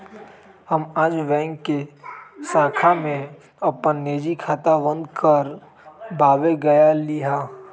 हम आज बैंक के शाखा में अपन निजी खाता बंद कर वावे गय लीक हल